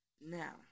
Now